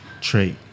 trait